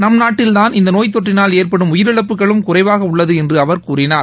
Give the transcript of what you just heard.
நம்நாட்டில்தான் இந்த நோய் தொற்றினால் ஏற்படும் உயிரிழப்புகளும் குறைவாக உள்ளது என்று அவர் கூறினார்